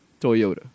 Toyota